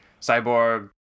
Cyborg